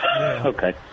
Okay